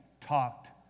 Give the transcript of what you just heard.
talked